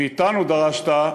מאתנו דרשת,